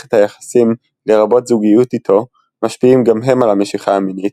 ומערכת היחסים לרבות זוגיות איתו משפיעים גם הם על המשיכה המינית,